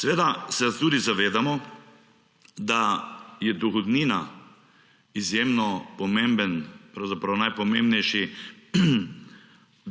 Seveda, se tudi zavedamo, da je dohodnina izjemno pomemben, pravzaprav najpomembnejši